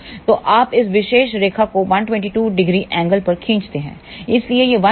तो आप इस विशेष रेखा को 1220 एंगल पर खींचते हैं इसलिए यह 1220 होगा